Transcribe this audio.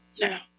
Now